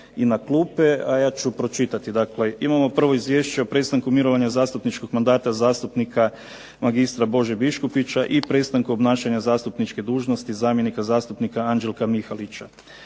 i na klupe, a ja ću pročitati dakle. Imamo prvo Izvješće o prestanku mirovanja zastupničkog mandata zastupnika magistra Bože Biškupića i prestanka obnašanja zastupničke dužnosti zamjenika zastupnika Anđelka Mihalića.